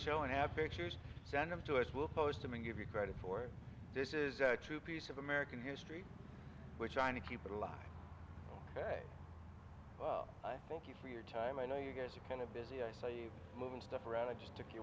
show and have pictures send them to us we'll post them and give you credit for this is a true piece of american history which i need keep it alive ok well i thank you for your time i know you guys are kind of busy i saw you moving stuff around i just took it